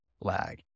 lag